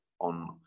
on